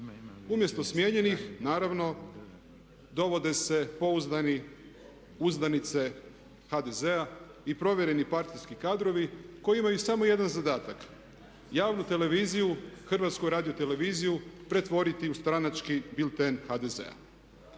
Umjesto smijenjenih naravno dovode se pouzdani, uzdanice HDZ-a i provjereni partijski kadrovi koji imaju samo jedan zadatak javnu televiziju, HRT pretvoriti u stranački bilten HDZ-a.